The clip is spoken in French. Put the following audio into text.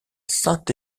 saint